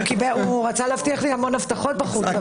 הוא רצה להבטיח לי המון הבטחות בחוץ.